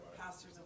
pastors